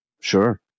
Sure